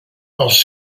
els